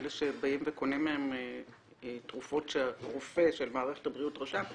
אלה שבאים וקונים מהם תרופות שרופא של מערכת הבריאות רשם,